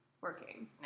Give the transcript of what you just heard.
working